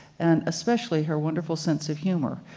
and especially her wonderful sense of humor,